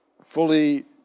fully